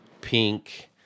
pink